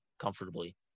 comfortably